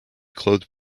clothed